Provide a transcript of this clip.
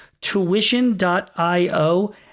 Tuition.io